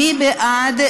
מי בעד?